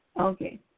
Okay